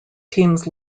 teams